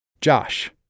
Josh